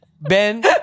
ben